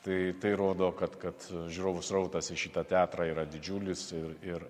tai tai rodo kad kad žiūrovų srautas į šitą teatrą yra didžiulis ir ir